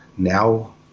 Now